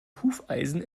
hufeisen